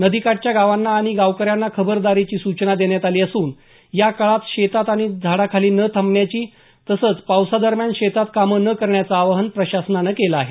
नदीकाठच्या गावांना आणि गावकऱ्यांना खबरदारीची सूचना देण्यात आली असून या काळात शेतात आणि झाडाखालीं न थांबण्याची तसंच पावसादरम्यान शेताची कामं न करण्याचं आवाहन प्रशासनानं केलं आहे